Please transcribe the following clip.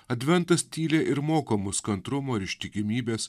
adventas tyli ir moko mus kantrumo ir ištikimybės